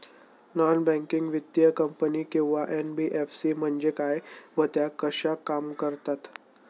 Non banking वित्तीय company किंवा NBFC म्हणजे काय व त्या कशा काम करतात?